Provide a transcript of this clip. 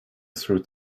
through